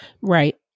Right